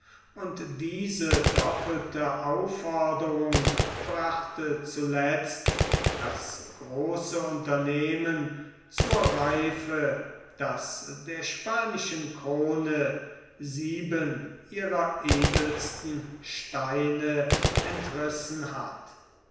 und diese doppelte aufforderung brachte zuletzt das große unternehmen zur reife das der spanischen krone sieben ihrer edelsten steine entrissen hat